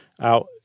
out